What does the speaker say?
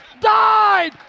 died